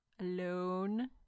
alone